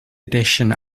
edition